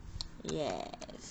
yes